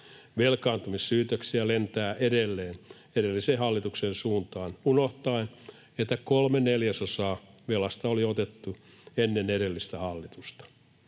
Velkaantumissyytöksiä lentää edelleen edellisen hallituksen suuntaan — unohdetaan, että kolme neljäsosaa velasta oli otettu ennen edellistä hallitusta.